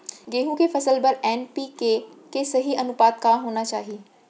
गेहूँ के फसल बर एन.पी.के के सही अनुपात का होना चाही?